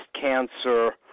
cancer